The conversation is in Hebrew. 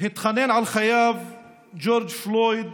התחנן על חייו ג'ורג' פלויד